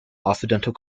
occidental